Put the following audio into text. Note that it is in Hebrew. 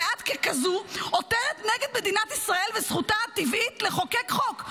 שאת ככזו עותרת נגד מדינת ישראל וזכותה הטבעית לחוקק חוק?